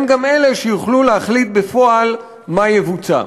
הם שיוכלו להחליט בפועל מה יבוצע.